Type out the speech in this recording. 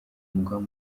umugaba